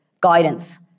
guidance